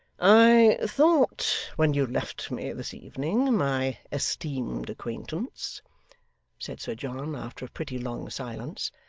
i thought when you left me this evening, my esteemed acquaintance said sir john after a pretty long silence,